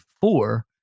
four